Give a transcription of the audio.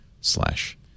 slash